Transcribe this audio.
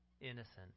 innocent